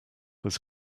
was